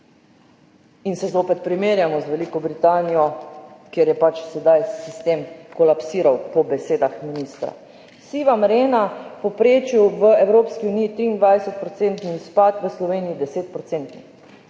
In se zopet primerjamo z Veliko Britanijo, kjer je sedaj sistem kolapsiral, po besedah ministra. Siva mrena, v povprečju v Evropski uniji 23-procentni izpad, v Sloveniji